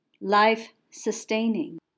life-sustaining